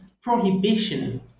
prohibition